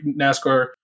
NASCAR